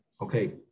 okay